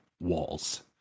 walls